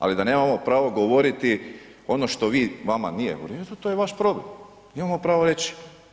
Ali da nemamo pravo govoriti ono što vi, vama nije u redu, to je vaš problem, mi imamo pravo reći.